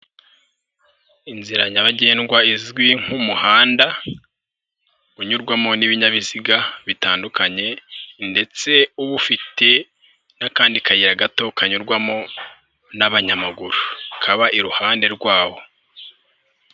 Inzira nyabagendwa izwi nk'umuhanda unyurwamo n'ibinyabiziga bitandukanye ndetse uba ufite n'akandi kayira gato kanyurwamo n'abanyamaguru kaba iruhande rwawo.